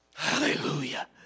Hallelujah